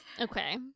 Okay